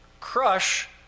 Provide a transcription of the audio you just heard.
crush